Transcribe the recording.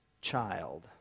child